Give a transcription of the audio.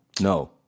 No